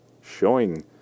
showing